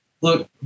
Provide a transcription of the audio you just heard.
look